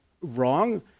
wrong